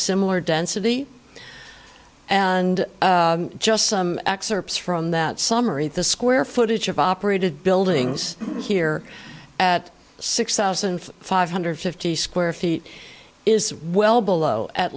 similar density and just some excerpts from that summary the square footage of operated buildings here at six thousand five hundred fifty square feet is well below at